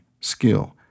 skill